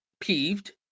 peeved